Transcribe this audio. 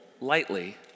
lightly